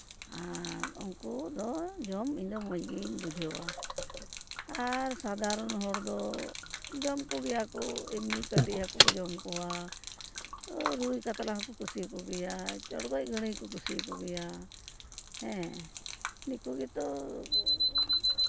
ᱟᱨ ᱩᱱᱠᱩ ᱫᱚ ᱡᱚᱢ ᱤᱧ ᱫᱚ ᱢᱚᱡᱽ ᱜᱤᱧ ᱵᱩᱡᱷᱟᱹᱣᱟ ᱟᱨ ᱥᱟᱫᱷᱟᱨᱚᱱ ᱦᱚᱲ ᱫᱚ ᱡᱚᱢ ᱠᱚᱜᱮᱭᱟ ᱠᱚ ᱮᱢᱱᱤ ᱠᱟᱹᱴᱤᱪ ᱦᱟᱹᱠᱩ ᱠᱚ ᱡᱚᱢ ᱠᱚᱣᱟ ᱨᱩᱭ ᱠᱟᱛᱞᱟ ᱦᱟᱹᱠᱩ ᱠᱚ ᱠᱩᱥᱤᱭᱟᱠᱚ ᱜᱮᱭᱟ ᱪᱚᱲᱜᱚᱡ ᱜᱟᱹᱲᱟᱹᱭ ᱦᱚᱸᱠᱚ ᱠᱩᱥᱤᱭᱟᱠᱚ ᱜᱮᱭᱟ ᱦᱮᱸ ᱫᱤᱠᱩ ᱜᱮᱛᱚ